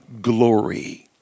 glory